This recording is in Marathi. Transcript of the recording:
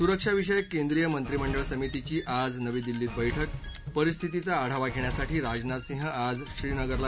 सुरक्षाविषयक केंद्रीय मंत्रिमंडळ समितीची आज नवी दिल्लीत बैठक परिस्थितीचा आढावा घेण्यासाठी राजनाथ सिंह आज श्रीनगरला